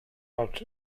helped